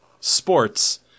sports